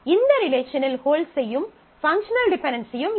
இந்த ரிலேஷனில் ஹோல்ட்ஸ் செய்யும் பங்க்ஷனல் டிபென்டென்சியும் இல்லை